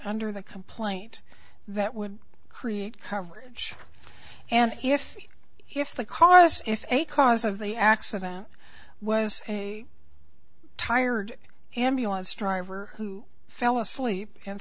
under the complaint that would create coverage and if you if the car as if a cause of the accident was a tired ambulance driver who fell asleep and